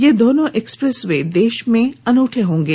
ये दोनों expressway देश में अनुठे होंगे